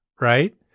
right